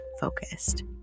focused